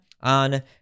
on